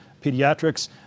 Pediatrics